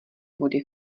vody